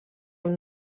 amb